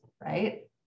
right